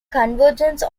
convergence